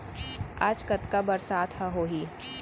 आज कतका बरसात ह होही?